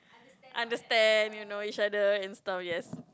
understand you know each other and stuff yes